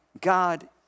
God